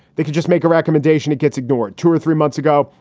they can just make a recommendation. it gets ignored two or three months ago.